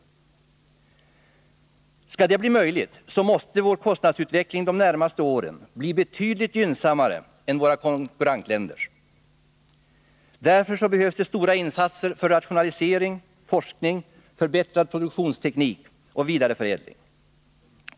Skall det bli möjligt måste vår kostnadsutveckling de närmaste åren bli betydligt gynnsammare än våra konkurrentländers. Härtill behövs stora insatser för rationalisering, forskning, förbättrad produktionsteknik och vidareförädling.